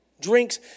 drinks